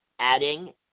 Adding